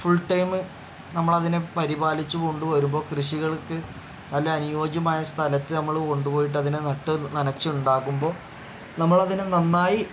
full time നമ്മൾ അതിനെ പരിപാലിച്ച് കൊണ്ട് വരുമ്പോൾ കൃഷികൾക്ക് നല്ല അനുയോജ്യമായ സ്ഥലത്ത് നമ്മൾ കൊണ്ടു പോയിട്ട് അതിനെ നട്ട് നനച്ച് ഉണ്ടാകുമ്പോൾ നമ്മൾ അതിനെ നന്നായി